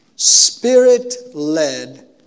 Spirit-led